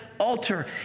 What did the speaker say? altar